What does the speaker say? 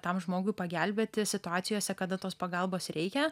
tam žmogui pagelbėti situacijose kada tos pagalbos reikia